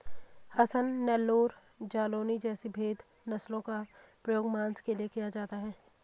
हसन, नेल्लौर, जालौनी जैसी भेद नस्लों का प्रयोग मांस के लिए किया जाता है